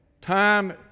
Time